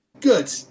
Good